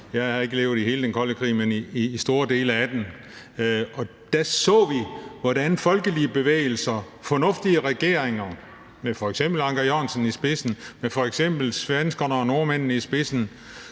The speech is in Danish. Jeg har ikke levet under hele den kolde krig, men i store dele af den, og der så vi, hvordan folkelige bevægelser, fornuftige regeringer, f.eks. den med Anker Jørgensen i spidsen, med f.eks. svenskerne og nordmændene i spidsen,